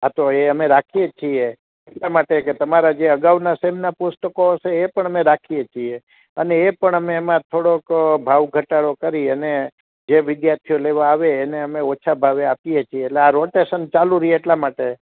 હાં તો એ અમે રાખીએ છીએ એટલા માટે કે તમારે જે અગાઉના સેમના પુસ્તકો હશે એ પણ મેં રાખીએ છીએ અને એ પણ આમરે એમાં થોડોક ભાવ ઘટાડો કરી અને જે વિધ્યાર્થીઓ લેવા આવે એને અમે ઓછા ભાવે આપીએ છીએ એટલે આ રોટેશન ચાલુ રહે એટલા માટે